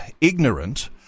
ignorant